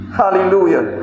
hallelujah